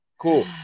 Cool